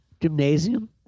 Gymnasium